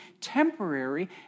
temporary